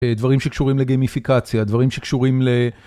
דברים שקשורים לגמיפיקציה, דברים שקשורים ל...